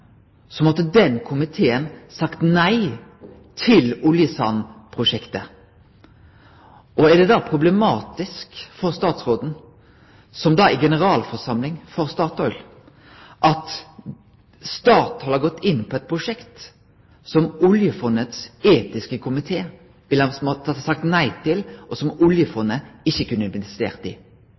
måtte den komiteen ha sagt nei til oljesandprosjektet. Mitt spørsmål til statsråden er da: Er det da problematisk for statsråden, som er generalforsamling for Statoil, at Statoil har gått inn på eit prosjekt som oljefondets etiske komité ville ha måtta sagt nei til, og som oljefondet ikkje kunne ha investert i?